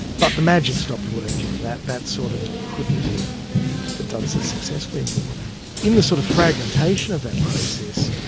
but the magic stopped working, that that sort of couldn't be ah done so successfully and any in the sort of fragmentation of that process,